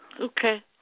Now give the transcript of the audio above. Okay